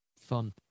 Fun